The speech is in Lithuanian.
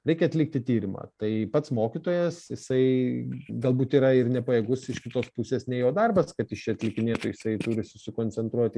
reikia atlikti tyrimą tai pats mokytojas jisai galbūt yra ir nepajėgus iš kitos pusės ne jo darbas kad jis čia atlikinėtų jisai turi susikoncentruoti